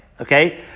Okay